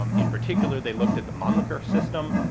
um in particular they looked at the mannlicher system,